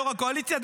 יו"ר הקואליציה,